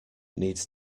needs